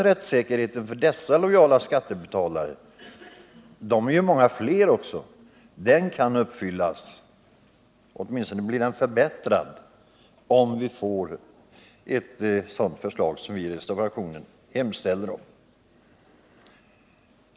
Rättssäkerheten för de lojala skattebetalarna, som ju är många fler, kan tillgodoses —-åtminstone blir den förbättrad —-om det kommer ett sådant förslag som vi hemställer om i reservationen.